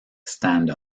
stand